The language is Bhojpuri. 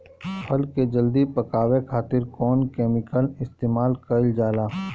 फल के जल्दी पकावे खातिर कौन केमिकल इस्तेमाल कईल जाला?